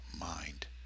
mind